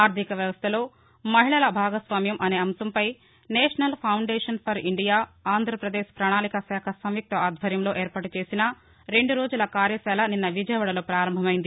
ఆర్దిక వ్యవస్థలో మహిళల భాగస్వామ్యం అనే అంశంపై national foundation for India Andhra Pradesh ప్రణాళిక శాఖ సంయుక్త ఆధ్వర్యంలో ఏర్పాటు చేసిన రెండు రోజుల కార్యశాల నిన్న విజయవాడలో పారంభమైంది